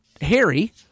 Harry